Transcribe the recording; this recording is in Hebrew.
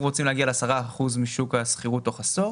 אנחנו רוצים להגיע ל-10 אחוזים משוק השכירות תוך עשור